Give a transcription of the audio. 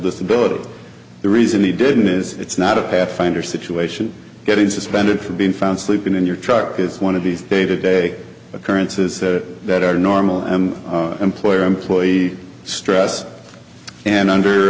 disability the reason he didn't is it's not a pathfinder situation getting suspended from being found sleeping in your truck is one of these day to day occurrences that are normal and employer employee stress and under